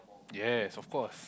yes of course